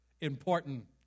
Important